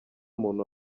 muntu